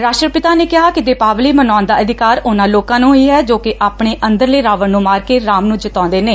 ਰਾਸ਼ਟਰ ਪਿਤਾ ਨੇ ਕਿਹਾ ਕਿ ਦੀਪਾਵਲੀ ਮਨਾਉਣ ਦਾ ਅਧਿਕਾਰ ਉਨਾਂ ਲੋਕਾਂ ਨੂੰ ਹੀ ਹੈ ਜੋ ਕਿ ਆਪਣੇ ਅੰਦਰਲੇ ਰਾਵਣ ਨੂੰ ਮਾਰ ਕੇ ਰਾਮ ਨੂੰ ਜਿਤਾਉਂਦੇ ਨੇ